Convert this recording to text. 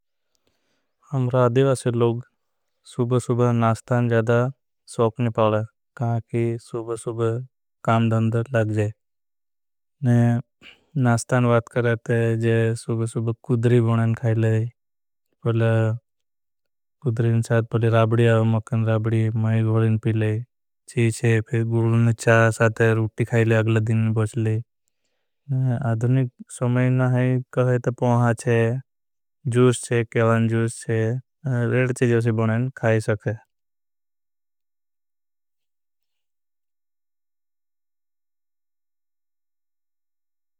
आदिवासी लोग सुबह सुबह नास्तान ज़्यादा। सोख निपाले कि सुब सुब काम दन्दर लग जए। नास्तान वात कर रहते हैं। ज़्यादा सुबसुब कुदरी बुने न खाईले ले कुदरी। ना साथ रबड़ी मकान रबड़ी छह साथी गुड ने। रोटी खाई ल अगले दिन आधुनिक समे ने कहा। जाई ते पोहा छे जूस छे केला ने जूस छे रेड छे। जूस बनाई खा सकीं।